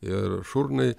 ir šurnai